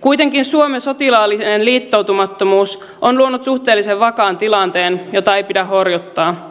kuitenkin suomen sotilaallinen liittoutumattomuus on luonut suhteellisen vakaan tilanteen jota ei pidä horjuttaa